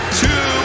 two